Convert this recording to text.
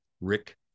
Rick